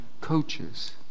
coaches